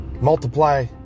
multiply